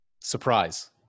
surprise